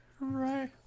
Right